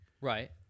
Right